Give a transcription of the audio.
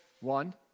one